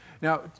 Now